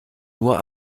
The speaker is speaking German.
nur